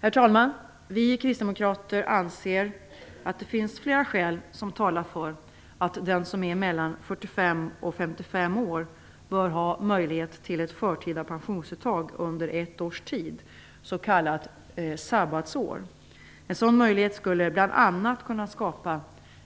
Herr talman! Vi kristdemokrater anser att det finns flera skäl som talar för att den som är mellan 45 och 55 år bör ha möjlighet till ett förtida pensionsuttag under ett års tid, s.k. sabbatsår. En sådan möjlighet skulle bl.a. kunna skapa